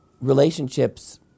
relationships